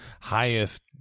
highest